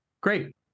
Great